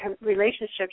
relationships